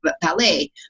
ballet